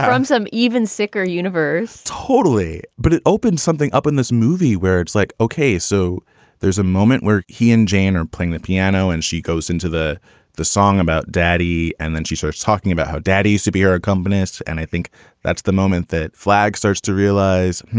i'm some even sicker universe totally. but it opened something up in this movie where it's like, okay, so there's a moment where he and jane are playing the piano and she goes into the the song about daddy. and then she starts talking about how daddy used to be our accompanist. and i think that's the moment that flag starts to realize.